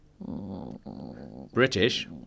British